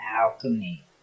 alchemy